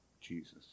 Jesus